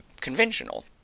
conventional